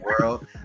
world